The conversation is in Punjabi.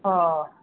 ਹਾਂ